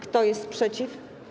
Kto jest przeciw?